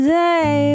day